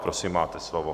Prosím, máte slovo.